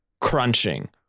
crunching